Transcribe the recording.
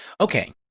Okay